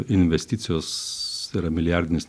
investicijos yra milijardinės